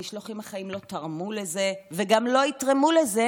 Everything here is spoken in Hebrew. המשלוחים החיים לא תרמו לזה וגם לא יתרמו לזה,